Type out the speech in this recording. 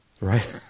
Right